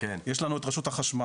יש לנו את רשות החשמל,